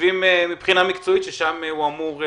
מבחינה מקצועית חושבים ששם הוא אמור להיות.